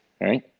Right